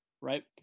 right